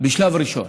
בשלב ראשון,